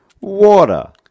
Water